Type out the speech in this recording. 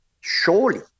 surely